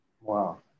Wow